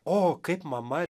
o kaip mama